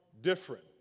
different